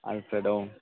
Alfred औ